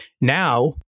now